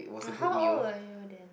uh how old were you then